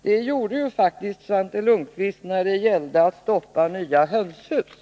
Det gjorde Svante Lundkvist faktiskt när det gällde att stoppa nya hönshus.